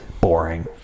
boring